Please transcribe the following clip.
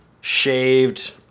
shaved